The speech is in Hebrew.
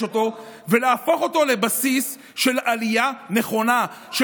אותו ולהפוך אותו לבסיס של עלייה נכונה של